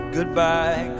Goodbye